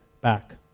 back